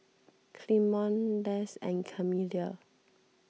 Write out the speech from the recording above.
Clemon Les and Camila